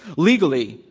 legally,